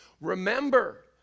remember